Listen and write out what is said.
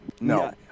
no